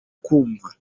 kumva